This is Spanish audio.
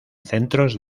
centros